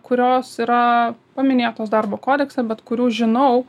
kurios yra paminėtos darbo kodekse bet kurių žinau